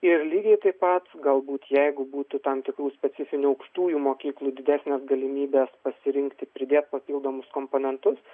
ir lygiai taip pat galbūt jeigu būtų tam tikrų specifinių aukštųjų mokyklų didesnės galimybės pasirinkti pridėt papildomus komponentus